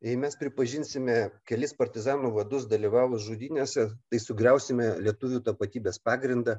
jei mes pripažinsime kelis partizanų vadus dalyvavus žudynėse tai sugriausime lietuvių tapatybės pagrindą